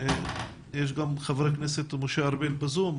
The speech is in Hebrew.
גם חבר הכנסת משה ארבל ב"זום",